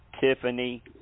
Tiffany